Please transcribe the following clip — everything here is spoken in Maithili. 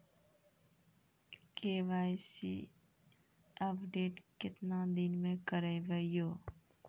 के.वाई.सी अपडेट केतना दिन मे करेबे यो?